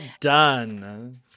done